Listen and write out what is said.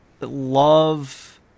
love